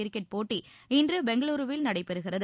cricket போட்டி இன்று பெங்களூருவில் நடைபெறுகிறது